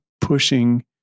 pushing